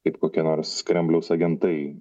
kaip kokie nors kremliaus agentai